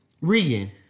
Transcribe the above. Regan